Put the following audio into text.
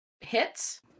hits